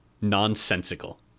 nonsensical